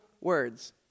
words